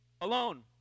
alone